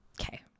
Okay